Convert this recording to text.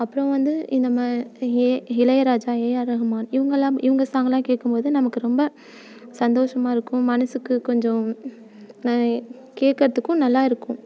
அப்புறோம் வந்து இந்த மா ஏ இளையராஜா ஏஆர் ரகுமான் இவங்கள்லாம் இவங்க சாங்லாம் கேட்கும் போது நமக்கு ரொம்ப சந்தோஷமாக இருக்கும் மனசுக்கு கொஞ்சம் ந கேட்கறத்துக்கும் நல்லாயிருக்கும்